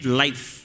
life